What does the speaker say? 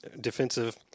defensive